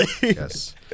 Yes